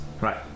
right